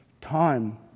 time